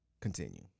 continue